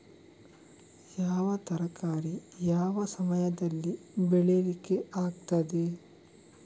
ಯಾವ ತರಕಾರಿ ಯಾವ ಸಮಯದಲ್ಲಿ ಬೆಳಿಲಿಕ್ಕೆ ಆಗ್ತದೆ?